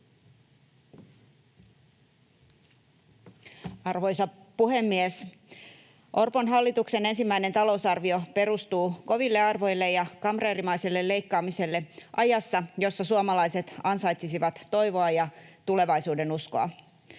Arvoisa puhemies! Orpon hallituksen ensimmäinen talousarvio perustuu koville arvoille ja kamreerimaiselle leikkaamiselle ajassa, jossa suomalaiset ansaitsisivat toivoa ja tulevaisuudenuskoa.